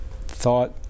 thought